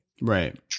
right